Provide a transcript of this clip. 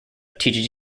teaches